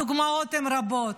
הדוגמאות הן רבות: